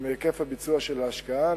ומהיקף הביצוע של ההשקעה.